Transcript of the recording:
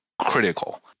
critical